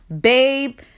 babe